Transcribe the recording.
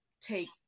take